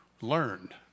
learned